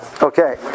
Okay